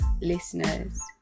listeners